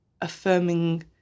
affirming